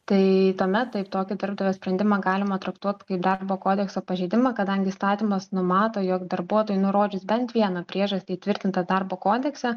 tai tuomet taip tokį darbdavio sprendimą galima traktuot kaip darbo kodekso pažeidimą kadangi įstatymas numato jog darbuotojui nurodžius bent vieną priežastį įtvirtintą darbo kodekse